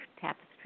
Tapestry